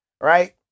Right